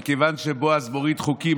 מכיוון שבועז מוריד חוקים,